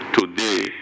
today